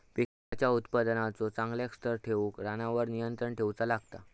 पिकांच्या उत्पादनाचो चांगल्या स्तर ठेऊक रानावर नियंत्रण ठेऊचा लागता